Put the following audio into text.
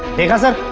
he hasn't